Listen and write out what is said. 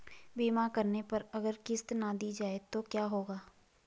बीमा करने पर अगर किश्त ना दी जाये तो क्या होगा?